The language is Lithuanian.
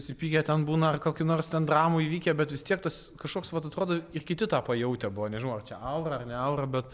susipykę ten būna ar kokį nors ten dramų įvykę bet vis tiek tas kažkoks vat atrodo ir kiti tą pajautę buvo nežinau ar čia aura ar ne aura bet